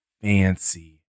fancy